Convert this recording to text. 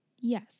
Yes